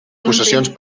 possessions